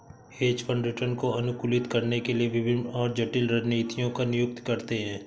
hedge fund return को अनुकूलित करने के लिए विभिन्न और जटिल रणनीतियों को नियुक्त करते हैं